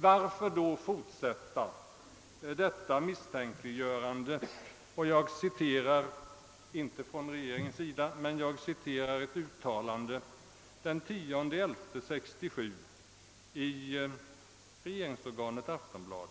Varför då fortsätta detta misstänkliggörande? Det är inte regeringen, men väl regeringsorganet Aftonbladet som den 10 november i år uttalar: